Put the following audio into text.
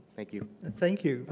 thank you. and thank you.